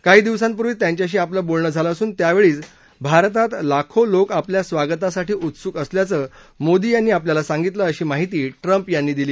काही दिवसांपूर्वीच त्यांच्याशी आपलं बोलणं झालं असून त्यावेळीच भारतात लाखो लोक आपल्या स्वागतासाठी उत्सुक असल्याचं मोदी यांनी आपल्याला सांगितलं अशी माहिती ट्रम्प यांनी दिली